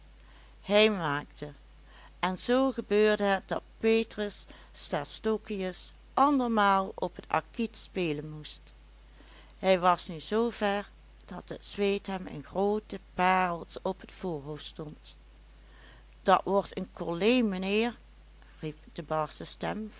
hij maakte en zoo gebeurde het dat petrus stastokius andermaal op het acquit spelen moest hij was nu zoo ver dat het zweet hem in groote parels op het voorhoofd stond dat wordt een collé mijnheer riep de barsche stem